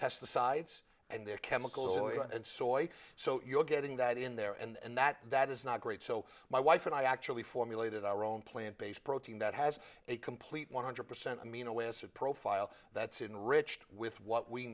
pesticides and they're chemicals and soy so you're getting that in there and that that is not great so my wife and i actually formulated our own plant based protein that has a complete one hundred percent amino acid profile that's in rich with what we